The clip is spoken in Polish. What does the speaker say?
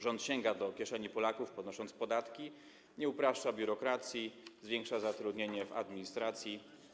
Rząd sięga do kieszeni Polaków, podnosząc podatki, nie upraszcza biurokracji, zwiększa zatrudnienie w administracji.